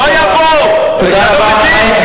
לא יבואו, אתה לא מבין?